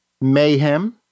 Mayhem